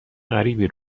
غریبی